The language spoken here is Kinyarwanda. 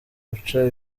guca